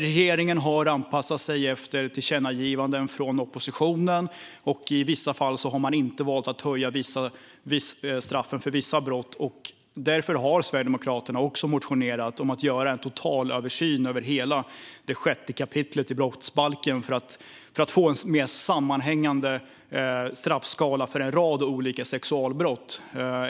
Regeringen har anpassat sig efter tillkännagivanden från oppositionen, och i vissa fall har man inte valt att höja straffen för vissa brott. Därför har Sverigedemokraterna motionerat om att göra en totalöversyn av hela 6 kap. brottsbalken för att få en mer sammanhängande straffskala för en rad olika sexualbrott.